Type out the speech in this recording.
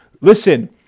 Listen